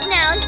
Now